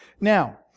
Now